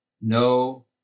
no